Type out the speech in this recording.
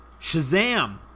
Shazam